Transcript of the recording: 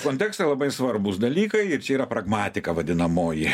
kontekste labai svarbūs dalykai ir čia yra pragmatika vadinamoji